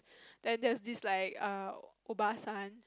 then there was this like err obasan